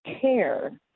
care